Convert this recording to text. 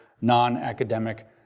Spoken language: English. non-academic